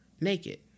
naked